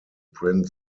print